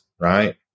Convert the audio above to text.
right